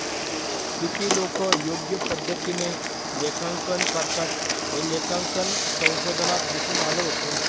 किती लोकं योग्य पद्धतीने लेखांकन करतात, हे लेखांकन संशोधनात दिसून आलं होतं